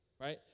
right